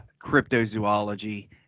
cryptozoology